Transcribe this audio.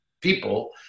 people